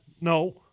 No